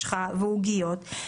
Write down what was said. משחה ועוגיות,